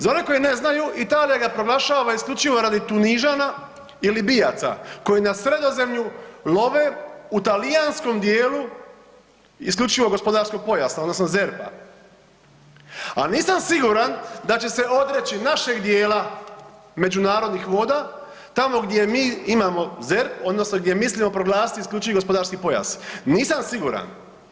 Za one koji ne znaju Italija ga proglašava isključivo radi Tunižana i Libijaca koji na Sredozemlju love u talijanskom dijelu isključivog gospodarskog pojasa odnosno ZERP-a, a nisam siguran da će odreći našeg dijela međunarodnih voda tamo gdje mi imamo ZERP odnosno gdje mislimo proglasiti isključivi gospodarski pojas, nisam siguran.